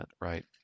right